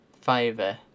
fiver